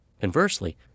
Conversely